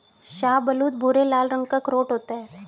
शाहबलूत भूरे लाल रंग का अखरोट होता है